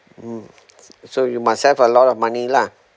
mm so you must have a lot of money lah